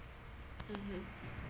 mm